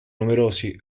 numerosi